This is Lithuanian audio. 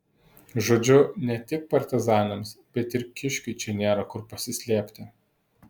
žodžiu ne tik partizanams bet ir kiškiui čia nėra kur pasislėpti